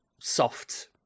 soft